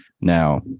Now